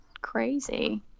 crazy